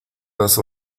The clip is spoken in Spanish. las